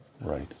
Right